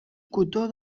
cotó